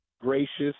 gracious